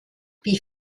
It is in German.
wie